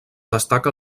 destaca